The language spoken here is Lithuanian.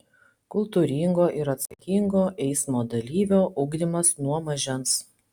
kultūringo ir atsakingo eismo dalyvio ugdymas nuo mažens